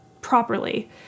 properly